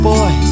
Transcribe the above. Boy